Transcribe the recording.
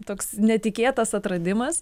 toks netikėtas atradimas